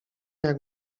jak